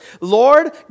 Lord